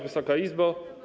Wysoka Izbo!